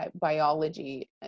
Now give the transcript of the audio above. biology